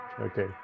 Okay